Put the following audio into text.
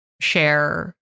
share